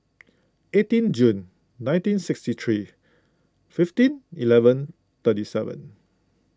eighteen June nineteen sixty three fifteen eleven thirty seven